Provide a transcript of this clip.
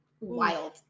wild